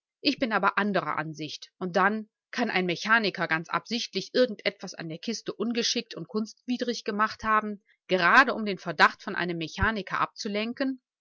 ich bin aber anderer ansicht und dann kann nicht ein mechaniker ganz absichtlich irgend etwas an der kiste ungeschickt und kunstwidrig gemacht haben gerade um den verdacht von einem mechaniker abzulenken